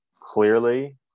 Clearly